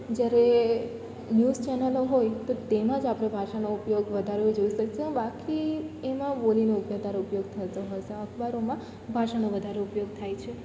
જ્યારે ન્યૂઝ ચેનલો હોય તો તેમાં જ આપણે ભાષાનો ઉપયોગ વધારે જોઇ શકશો બાકી એમાં બોલીનો વધારે ઉપયોગ થતો હોય સે અખબારોમાં ભાષાનો વધારે ઉપયોગ થાય છે